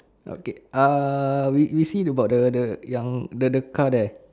okay uh we we see about the the yang the the car there